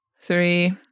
Three